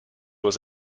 was